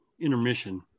intermission